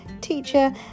teacher